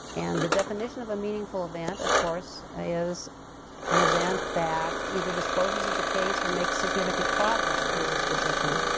and the definition of a meaningful event, of course, ah is an event that either disposes of the case or makes significant progress or disposition.